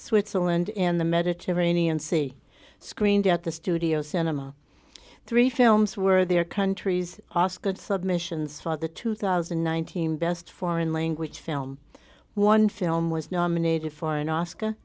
switzerland in the mediterranean sea screened at the studio cinema three films were their country's osgood submissions for the two thousand and nineteen best foreign language film one film was nominated for an oscar